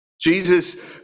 Jesus